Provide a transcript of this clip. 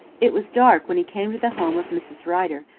it was dark when he came to the home of mrs. rider,